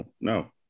no